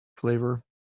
flavor